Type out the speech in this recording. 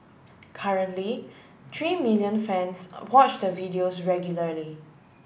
currently three million fans watch the videos regularly